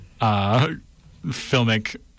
filmic